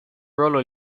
ruolo